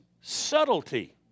subtlety